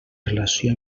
relació